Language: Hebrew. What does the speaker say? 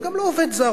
וגם לא עובד זר.